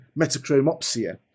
metachromopsia